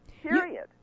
Period